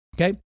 okay